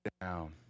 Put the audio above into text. down